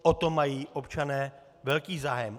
O to mají občané velký zájem.